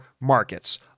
markets